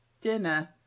dinner